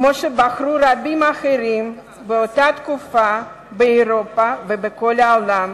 כמו שבחרו רבים אחרים באותה תקופה באירופה ובכל העולם,